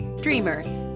dreamer